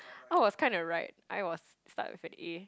out of kind of right I was start with a A